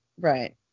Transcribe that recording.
right